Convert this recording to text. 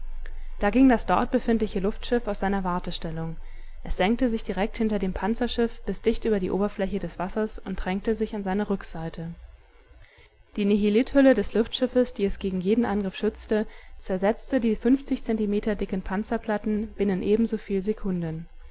da ging das dort befindliche luftschiff aus seiner wartestellung es senkte sich direkt hinter dem panzerschiff bis dicht über die oberfläche des wassers und drängte sich an seine rückseite die nihilithülle des luftschiffes die es gegen jeden angriff schützte zersetzte die fünfzig zentimeter dicken panzerplatten binnen ebensoviel sekunden